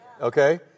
Okay